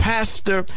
Pastor